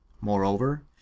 Moreover